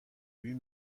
huit